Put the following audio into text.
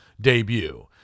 debut